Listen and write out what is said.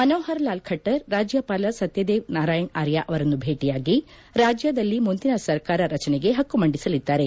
ಮನೋಪರ್ ಲಾಲ್ ಖಟ್ಲರ್ ರಾಜ್ಯವಾಲ ಸತ್ನದೇವ್ ನಾರಾಯಣ್ ಆರ್ಯ ಅವರನ್ನು ಭೇಟಿಯಾಗಿ ರಾಜ್ಯದಲ್ಲಿ ಮುಂದಿನ ಸರ್ಕಾರ ರಚನೆಗೆ ಪಕ್ಕು ಮಂಡಿಸಲಿದ್ದಾರೆ